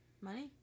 Money